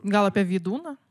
gal apie vydūną